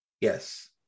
Yes